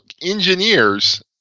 engineers